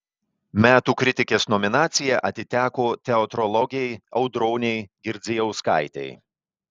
metų kritikės nominacija atiteko teatrologei audronei girdzijauskaitei